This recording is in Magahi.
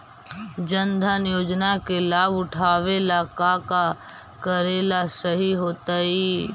जन धन योजना के लाभ उठावे ला का का करेला सही होतइ?